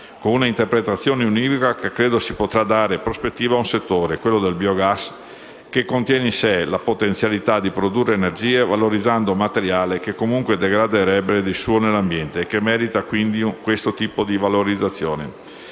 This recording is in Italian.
con un'interpretazione univoca che credo si potrà dare prospettiva ad un settore, quello del biogas, che contiene in sé la potenzialità di produrre energie valorizzando materiale che comunque degraderebbe di suo nell'ambiente, e che merita quindi questo tipo di valorizzazione.